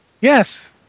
Yes